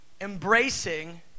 embracing